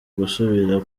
gusubira